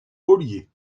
ollier